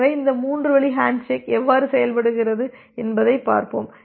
எனவே இந்த மூன்று வழி ஹேண்ட்ஷேக் எவ்வாறு செயல்படுகிறது என்பதைப் பார்ப்போம்